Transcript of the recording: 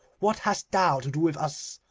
what hast thou to do with us,